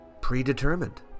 predetermined